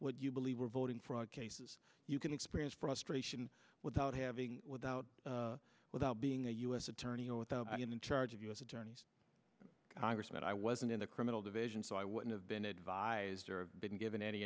what you believe were voting fraud cases you can experience prostration without having without without being a u s attorney or with them in charge of u s attorneys congressman i wasn't in the criminal division so i wouldn't have been advised or been given any